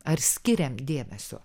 ar skiriam dėmesio